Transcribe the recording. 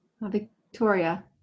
Victoria